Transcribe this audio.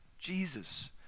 Jesus